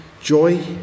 joy